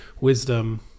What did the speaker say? wisdom